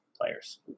players